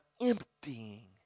emptying